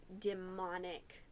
demonic